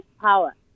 power